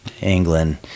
England